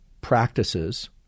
practices